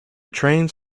trains